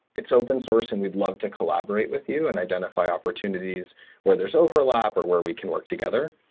it's open source and we'd love to collaborate with you and identify opportunities where there's overlap or where we can work together.